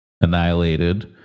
annihilated